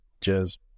Cheers